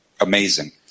amazing